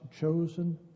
chosen